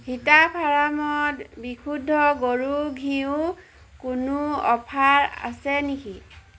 হিটা ফাৰ্মত বিশুদ্ধ গৰুৰ ঘিউত কোনো অফাৰ আছে নেকি